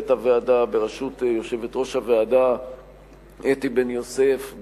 הוועדה בראשות מנהלת הוועדה אתי בן-יוסף,